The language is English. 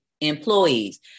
employees